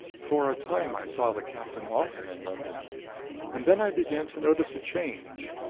for a time i saw the captain often in london and then i began to notice a change.